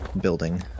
building